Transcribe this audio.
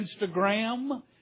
Instagram